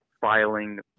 filing